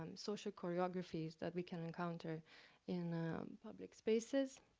um social choreographies that we can encounter in public spaces.